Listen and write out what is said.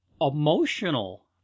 emotional